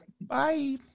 Bye